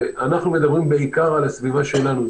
אנחנו מדברים בעיקר על הסביבה שלנו.